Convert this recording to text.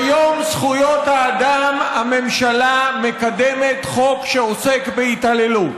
ביום זכויות האדם הממשלה מקדמת חוק שעוסק בהתעללות.